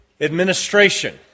administration